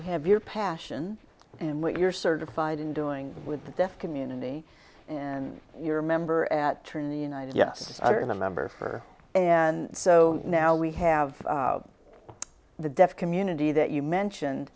you have your passion and what you're certified in doing with the deaf community and you're a member at trinity united yes i remember for and so now we have the deaf community that you mentioned